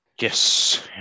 Yes